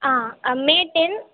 ah May ten